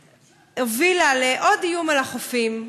שהובילה לעוד איום על החופים.